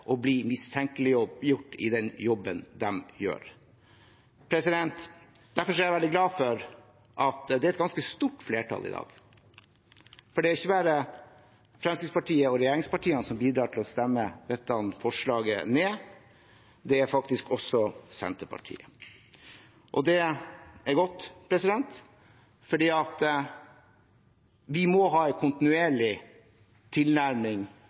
bli mistenkeliggjort i den jobben de gjør. Derfor er jeg veldig glad for at det er et ganske stort flertall her i dag. Det er ikke bare Fremskrittspartiet og regjeringspartiene som bidrar til å stemme dette forslaget ned, det er faktisk også Senterpartiet. Det er godt, for vi må ha en kontinuerlig tilnærming